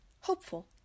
Hopeful